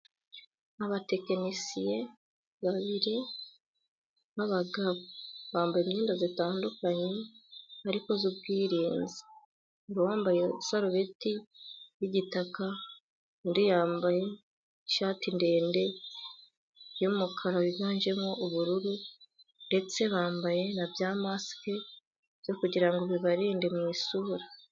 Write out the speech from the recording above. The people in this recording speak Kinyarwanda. Abatekinisiye babiri b'abagabo bambaye imyenda itandukanye ariko y'ubwirinzi, hari uwambaye isarubeti y'igitaka, undi yambaye ishati ndende y'umukara wiganjemo ubururu, ndetse bambaye na bya masike byo kugira ngo bibarinde mu isura.